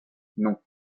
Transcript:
non